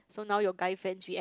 so now your guy friends react